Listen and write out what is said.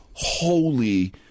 holy